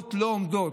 החברות לא עומדות,